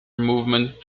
movement